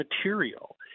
material